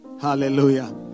hallelujah